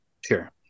Sure